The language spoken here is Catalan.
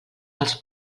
els